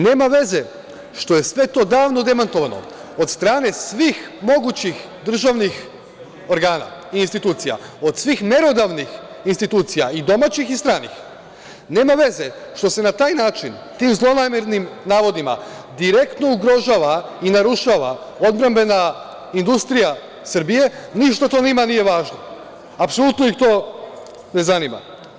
Nema veze što je sve to davno demantovano od strane svih mogućih državnih organa i institucija, od svih merodavnih institucija i domaćih i stranih, nema veze što se na taj način, tim zlonamernim navodima direktno ugrožava i narušava odbrambena industrija Srbije, ništa to njima nije važno, apsolutno ih to ne zanima.